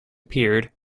appeared